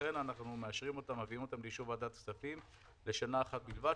לכן אנחנו מביאים אותם לאישור ועדת הכספים לשנה אחת בלבד,